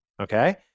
Okay